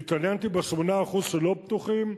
התעניינתי ב-8% שלא פתוחים,